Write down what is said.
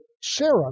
Sarah